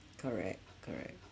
correct correct